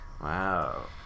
Wow